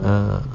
ah